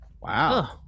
Wow